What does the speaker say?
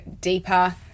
deeper